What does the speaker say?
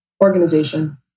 Organization